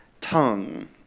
tongue